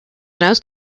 nose